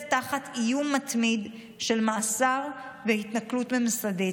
תחת איום מתמיד של מאסר והתנכלות ממסדות.